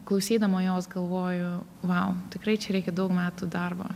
klausydama jos galvoju vau tikrai čia reikia daug metų darbo